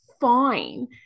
fine